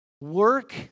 Work